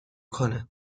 کنه